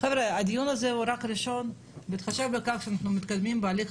שאכן הוגש באמת איזושהי פנייה לבג"ץ והצבא